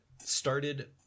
started